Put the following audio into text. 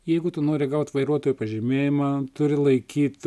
jeigu tu nori gaut vairuotojo pažymėjimą turi laikyt